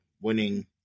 winning